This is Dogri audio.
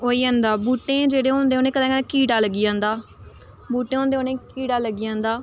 होई होंदा बहूटे जेह्ड़े होंदे उ'नेंगी कदें कदें कीड़ा लग्गी जंदा बहूटे होंदे उ'नेंगी कीड़ा लग्गी जंदा